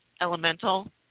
Elemental